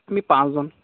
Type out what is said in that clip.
আমি পাঁচজন